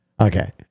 Okay